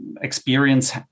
experience